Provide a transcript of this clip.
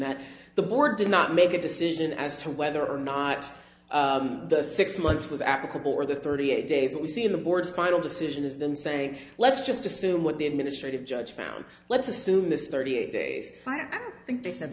that the board did not make a decision as to whether or not the six months was applicable or the thirty eight days that we see in the board's final decision is them saying let's just assume what the administrative judge found let's assume this thirty eight days i don't think they said